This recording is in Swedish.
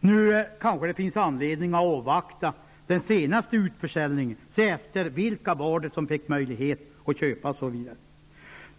Nu finns det kanske anledning att avvakta den senaste utförsäljningen och se efter vilka det var som fick möjlighet att köpa.